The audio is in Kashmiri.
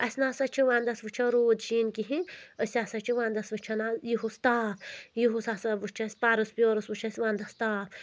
اَسہِ نَسا چھِ وَنٛدَس وٕچھان روٗد شیٖن کِہیٖنۍ أسۍ ہسا چھِ وَندَس وٕچھان حٕظ یِہُس تاپھ یِہُس ہسا وُچھ اَسہِ پَرُس پیورُس وُچھ اَسہِ وَنٛدَس تاپھ